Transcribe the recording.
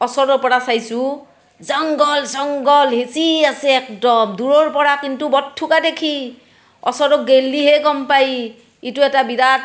ওচৰৰপৰা চাইছোঁ জংঘল জংঘল সিঁচি আছে একদম দূৰৰপৰা কিন্তু বৰ ঠৌগা দেখি ওচৰত গ'লেহে গ'ম পাই এইটো এটা বিৰাট